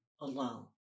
alone